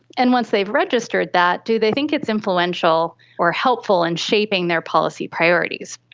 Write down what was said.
and once they've registered that, do they think it's influential or helpful in shaping their policy priorities?